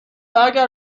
اگر